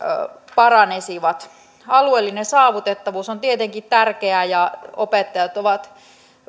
paranisivat alueellinen saavutettavuus on tietenkin tärkeää ja opettajat ovat